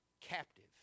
captive